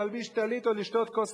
להלביש טלית או לשתות כוס קפה.